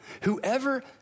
whoever